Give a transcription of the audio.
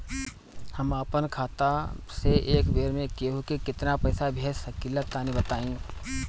हम आपन खाता से एक बेर मे केंहू के केतना पईसा भेज सकिला तनि बताईं?